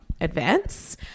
advance